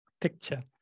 picture